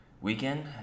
weekend